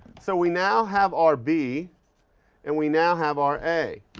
so we now have our b and we now have our a,